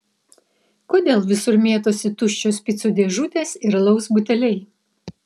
kodėl visur mėtosi tuščios picų dėžutės ir alaus buteliai